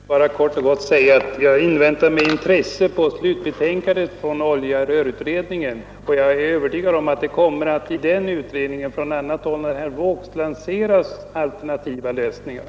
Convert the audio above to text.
Fru talman! Jag vill bara helt kort säga att jag med intresse väntar på slutbetänkandet från utredningen om rörtransport av olja och gas. Jag är övertygad om att utredningen kommer att presentera alternativa lösningar.